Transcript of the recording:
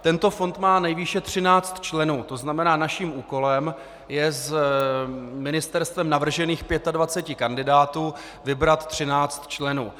Tento fond má nejvýše 13 členů, to znamená, naším úkolem je z ministerstvem navržených 25 kandidátů vybrat 13 členů.